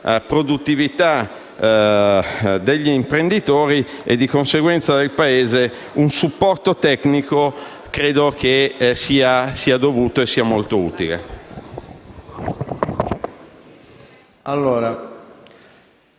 produttività degli imprenditori e, di conseguenza, del Paese, un supporto tecnico sia dovuto e molto utile.